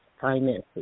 finances